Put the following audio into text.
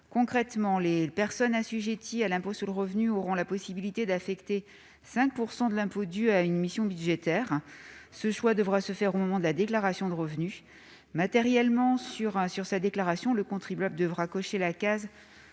Concrètement, les personnes assujetties à l'impôt sur le revenu auront la possibilité d'affecter 5 % de leur impôt à une mission budgétaire. Ce choix devra s'opérer au moment de la déclaration de revenus. Concrètement, le contribuable devra cocher la case